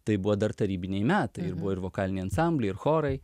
tai buvo dar tarybiniai metai ir buvo ir vokaliniai ansambliai ir chorai